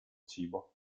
cibo